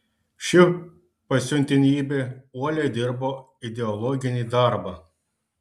ši pasiuntinybė uoliai dirbo ideologinį darbą